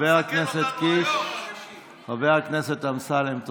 חבר הכנסת מיקי מכלוף זוהר,